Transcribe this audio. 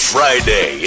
Friday